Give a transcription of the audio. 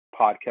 podcast